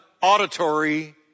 auditory